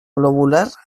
globular